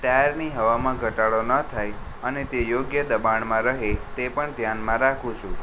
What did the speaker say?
ટાયરની હવામાં ઘટાડો ન થાય અને તે યોગ્ય દબાણમાં રહે તે પણ ધ્યાનમાં રાખું છું